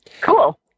Cool